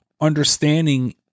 understanding